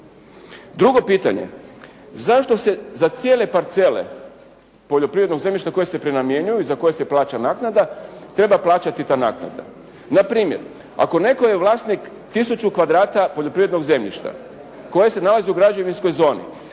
Drugo pitanje, zašto se za cijele parcele poljoprivrednog zemljišta koje se prenamjenjuju i za koja se plaća naknada treba plaćati ta naknada. Na primjer ako netko je vlasnik tisuću kvadrata poljoprivrednog zemljišta koje se nalazi u građevinskoj zoni